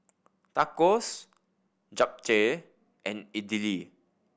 Tacos Japchae and Idili